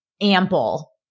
ample